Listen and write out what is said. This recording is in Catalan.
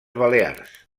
balears